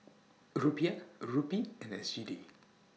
Rupiah Rupee and S G D